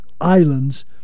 islands